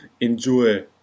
Enjoy